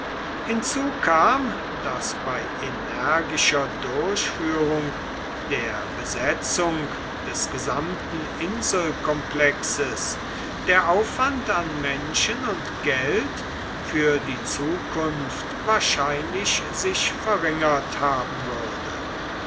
hinzu kam daß bei energischer durchführung der besetzung des gesamten inselkomplexes der aufwand an menschen und geld für die zukunft wahrscheinlich sich verringert haben würde